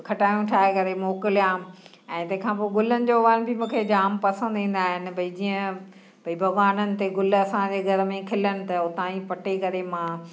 खटाण ठाए करे मोकलियां ऐं तेंखां पो गुलन जो वण बि मुखे जाम पसंद ईंदा आइन भई जीअं भई भगवानन ते गुल असांजे घर में खिलंन त उतां ई पटे करे मां